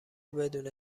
بدون